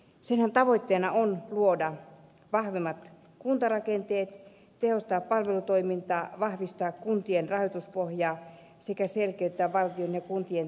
sen tavoitteenahan on luoda vahvemmat kuntarakenteet tehostaa palvelutoimintaa vahvistaa kuntien rahoituspohjaa sekä selkeyttää valtion ja kuntien tehtävänjakoa